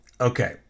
Okay